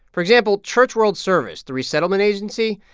for example, church world service, the resettlement agency,